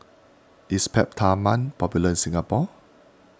is Peptamen popular in Singapore